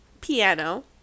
piano